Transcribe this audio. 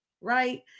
Right